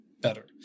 better